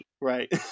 Right